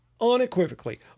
unequivocally